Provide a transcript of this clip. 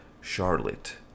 Charlotte